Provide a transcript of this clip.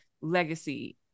legacy